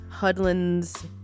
Hudlin's